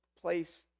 place